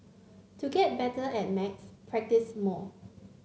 to get better at maths practise more